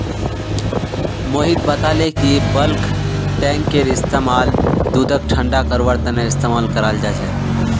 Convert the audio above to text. मोहित बताले कि बल्क टैंककेर इस्तेमाल दूधक ठंडा करवार तने इस्तेमाल कराल जा छे